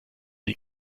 die